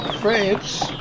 France